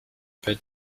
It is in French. pas